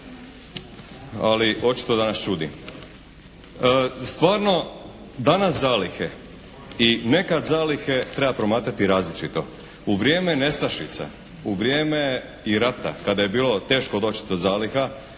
Ali očito da nas čudi. Stvarno danas zalihe i nekad zalihe treba promatrati različito. U vrijeme nestašice, u vrijeme i rata kada je bilo teško doći do zaliha